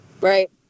Right